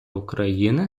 україни